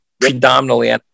predominantly